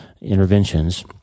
interventions